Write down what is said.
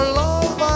love